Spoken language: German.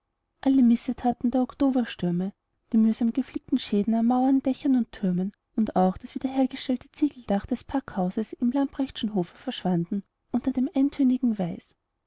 alle missethaten der oktoberstürme die mühsam geflickten schäden an mauern dächern und türmen und auch das wiederhergestellte ziegeldach des packhauses im lamprechtschen hofe verschwanden unter dem eintönigen weiß